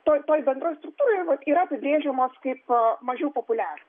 toj toj bendroj struktūroj vat yra apibrėžiamos kaip mažiau populiarios